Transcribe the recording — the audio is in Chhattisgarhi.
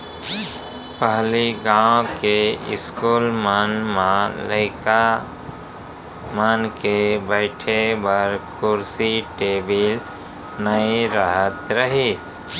पहिली गॉंव के इस्कूल मन म लइका मन के बइठे बर कुरसी टेबिल नइ रहत रहिस